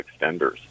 extenders